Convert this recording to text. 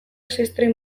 ziztrin